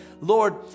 Lord